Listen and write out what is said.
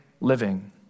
living